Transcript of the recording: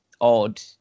odd